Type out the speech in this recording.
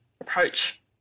approach